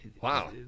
wow